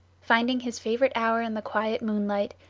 finding his favorite hour in the quiet moonlight,